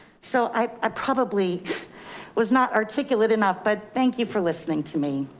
so i probably was not articulate enough, but thank you for listening to me.